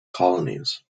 colonies